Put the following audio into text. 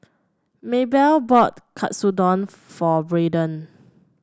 Maebelle bought Katsudon for Braydon